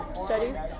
Study